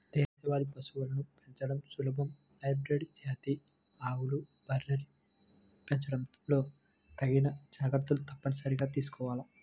దేశవాళీ పశువులను పెంచడం సులభం, హైబ్రిడ్ జాతి ఆవులు, బర్రెల్ని పెంచడంలో తగిన జాగర్తలు తప్పనిసరిగా తీసుకోవాల